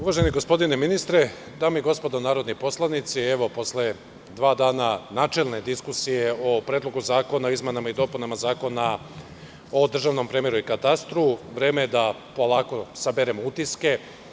Uvaženi gospodine ministre, dame i gospodo narodni poslanici, evo posle dva dana načelne diskusije o Predlogu zakona o izmenama i dopunama Zakona o državnom premeru i katastru, vreme je da polako saberemo utiske.